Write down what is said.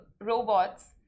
robots